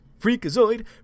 Freakazoid